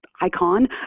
icon